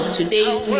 today's